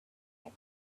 had